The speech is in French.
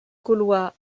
gaulois